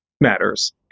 matters